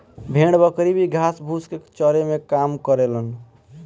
भेड़ बकरी भी घास फूस के चरे में काम करेलन